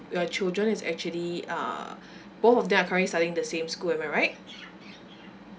your children is actually uh both of them are currently studying the same school am I right